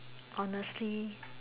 honestly